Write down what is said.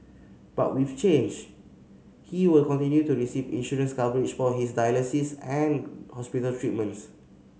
but with change he will continue to receive insurance coverage for his dialysis and hospital treatments